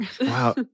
Wow